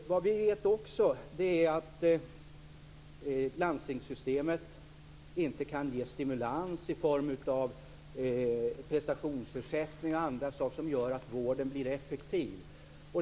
Vad vi också vet är att landstingssystemet inte ger stimulans i form av prestationsersättning o.d. som gör att vården blir effektiv.